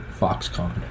Foxconn